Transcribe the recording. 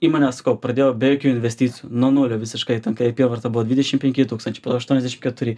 įmonė sakau pradėjo be jokių investicijų nuo nulio visiškai ten kai apyvarta buvo dvidešim penki tūkstančiai aštuoniasdešim keturi